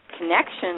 connection